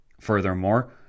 Furthermore